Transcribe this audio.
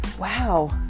wow